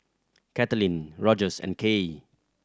Katelin Rogers and Kaye